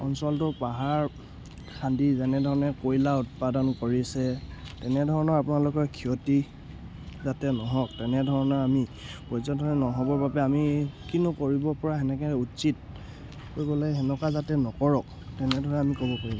অঞ্চলটো পাহাৰ খান্দি যেনেধৰণে কয়লা উৎপাদন কৰিছে তেনেধৰণৰ আপোনালোকৰ ক্ষতি যাতে নহওক তেনেধৰণৰ আমি পৰ্যটনে নহ'বৰ বাবে আমি কিনো কৰিব পৰা তেনেকৈ উচিত হ গ'লে সেনেকুৱা যাতে নকৰক তেনেধৰণে আমি ক'ব পাৰি